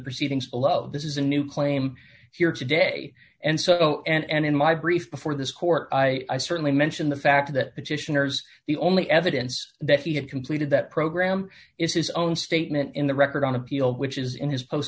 proceedings this is a new claim here today and so and in my brief before this court i certainly mention the fact that petitioners the only evidence that he had completed that program is his own statement in the record on appeal which is in his post